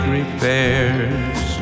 repairs